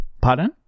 Pardon